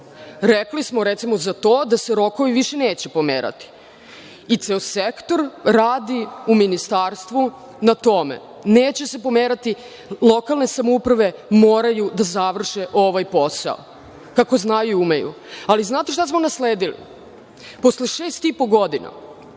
smo, recimo, za to da se rokovi više neće pomerati i ceo sektor radi u ministarstvu na tome. Neće se pomerati. Lokalne samouprave moraju da završe ovaj posao, kako znaju i umeju. Znate li šta smo nasledili posle šest i po godina